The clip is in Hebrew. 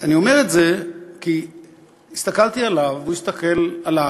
ואני אומר את זה כי הסתכלתי עליו והוא הסתכל עלי,